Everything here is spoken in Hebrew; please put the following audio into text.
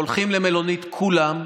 הולכים למלונית כולם,